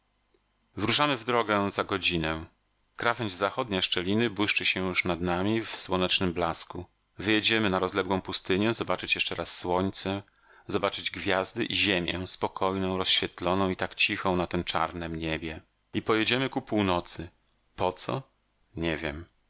wyruszamy w drogę za godzinę krawędź zachodnia szczeliny błyszczy się już nad nami w słonecznym blasku wyjedziemy na rozległą pustynię zobaczyć jeszcze raz słońce zobaczyć gwiazdy i ziemię spokojną rozświetloną i tak cichą na tem czarnem niebie i pojedziemy ku północy po co nie wiem